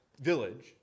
village